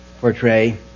portray